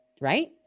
right